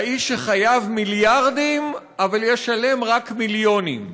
האיש שחייב מיליארדים אבל ישלם רק מיליונים.